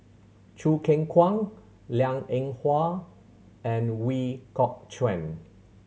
Choo Keng Kwang Liang Eng Hwa and Ooi Kok Chuen